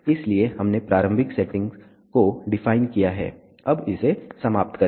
इसलिए हमने प्रारंभिक सेटिंग्स को डिफाइन किया है अब इसे समाप्त करें